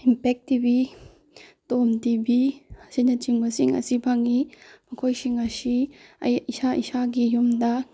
impact TV ꯇꯣꯝ TV ꯑꯁꯤꯅ ꯆꯤꯡꯕꯁꯤꯡ ꯑꯁꯤ ꯐꯪꯉꯤ ꯃꯈꯣꯏꯁꯤꯡ ꯑꯁꯤ ꯑꯩ ꯏꯁꯥ ꯏꯁꯥꯒꯤ ꯌꯨꯝꯗ